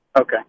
Okay